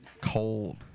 cold